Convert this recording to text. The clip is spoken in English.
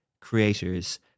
creators